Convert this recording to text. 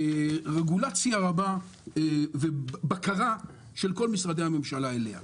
רגולציה רבה ובקרה של כל משרדי הממשלה אליה.